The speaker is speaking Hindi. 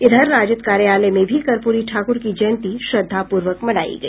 इधर राजद कार्यालय में भी कर्पूरी ठाकुर की जयंती श्रद्धापूर्वक मनाया गया